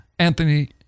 Anthony